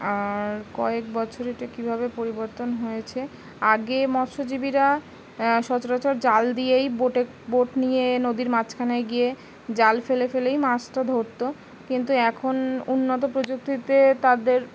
আর কয়েক বছর এটা কীভাবে পরিবর্তন হয়েছে আগে মৎস্যজীবীরা সচরাচর জাল দিয়েই বোটে বোট নিয়ে নদীর মাঝখানে গিয়ে জাল ফেলে ফেলেই মাছটা ধরতো কিন্তু এখন উন্নত প্রযুক্তিতে তাদের